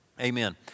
amen